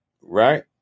right